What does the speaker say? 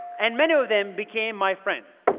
and many of them became my friends.